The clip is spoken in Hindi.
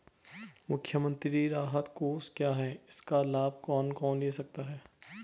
मुख्यमंत्री राहत कोष क्या है इसका लाभ कौन कौन ले सकता है?